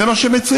זה מה שמציעים.